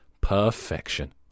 Perfection